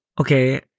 okay